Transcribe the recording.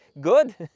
good